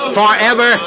forever